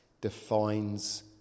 defines